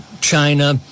China